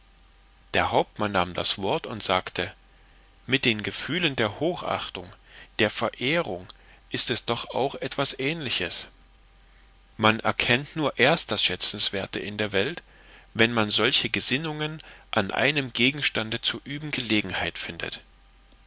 der hauptmann nahm das wort und sagte mit den gefühlen der hochachtung der verehrung ist es doch auch etwas ähnliches man erkennt nur erst das schätzenswerte in der welt wenn man solche gesinnungen an einem gegenstande zu üben gelegenheit findet